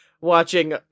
watching